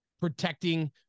protecting